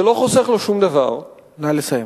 זה לא חוסך לו שום דבר, נא לסיים.